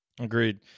Agreed